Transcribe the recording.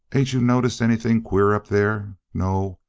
ain't you noticed anything queer up there? no?